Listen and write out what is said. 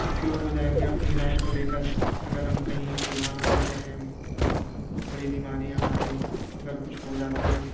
secure ہو جائیں گے اپنی لائف کو لے کر اگر ہم کہیں بیمار پڑتے ہیں بڑی بیماری ہے ہمارے اگر کچھ ہو جاتی ہے